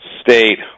state